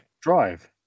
Drive